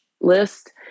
list